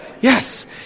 Yes